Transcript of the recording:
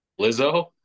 lizzo